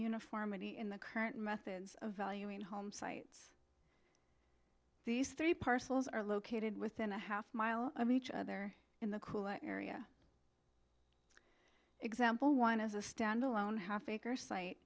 uniformity in the current methods of valuing home sites these three parcels are located within a half mile i mean each other in the cool area example one as a standalone half acre site